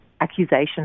accusation